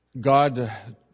God